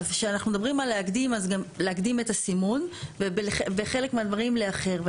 כשאנחנו מדברים על להקדים אז גם להקדים את הסימון ובחלק מהדברים לאחר.